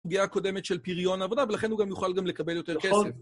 פגיעה קודמת של פריון העבודה, ולכן הוא יכול גם לקבל יותר כסף.